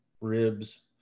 ribs